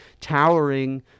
towering